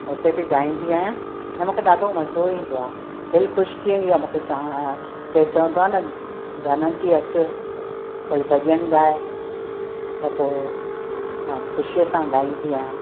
उते बि ॻाईंदी आहियां ऐं मूंखे ॾाढो मज़ो ईंदो आहे दिल ख़ुश थी वेंदी आहे मूंखे चां केर चवंदो आहे न धनवंती अचु कोई भॼन ॻाए त पोइ मां त खुशीअ सां ॻाईंदी आहियां